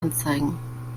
anzeigen